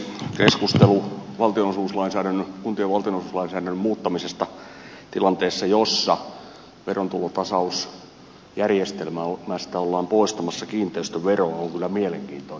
keskustelu kuntien valtionosuuslainsäädännön muuttamisesta tilanteessa jossa verotulotasausjärjestelmästä ollaan poistamassa kiinteistöveroa on kyllä mielenkiintoinen keskustelu